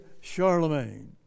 Charlemagne